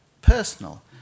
personal